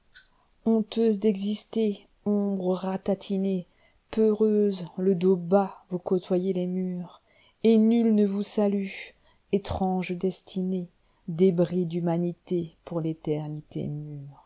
honteuses d'exister ombres ratatinées peureuses le dos bas vous côtoyez les murs et nul ne vous salue étranges destinées débris d'humanité pour l'éternité